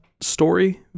story